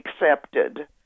accepted